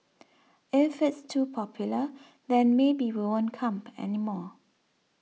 if it's too popular then maybe we won't come anymore